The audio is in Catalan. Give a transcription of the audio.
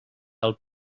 del